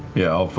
yeah,